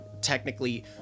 technically